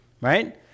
right